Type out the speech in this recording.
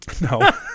No